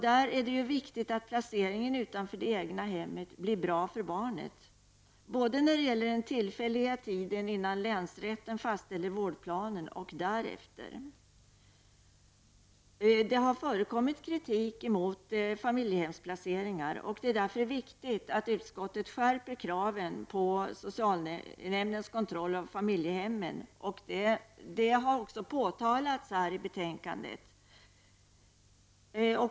Det är viktigt att placeringen utanför det egna hemmet blir bra för barnet, både när det gäller den tillfälliga tiden innan länsrätten fastställer vårdplanen och därefter. Det har förekommit kritik mot familjehemsplaceringar. Det är därför viktigt att utskottet skärper kraven på socialnämndens kontroll av familjehemmen. Det har också påtalats i betänkandet.